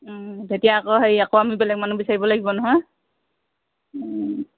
তেতিয়া আকৌ হেৰি আকৌ আমি বেলেগ মানুহ বিচাৰিব লাগিব নহয়